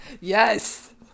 Yes